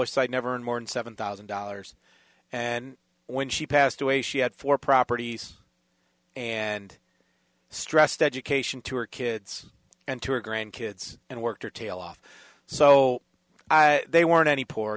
side never earned more than seven thousand dollars and when she passed away she had four properties and stressed education to her kids and to her grandkids and work your tail off so they weren't any poor